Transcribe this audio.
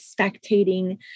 spectating